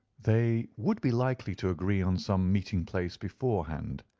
they would be likely to agree on some meeting-place beforehand,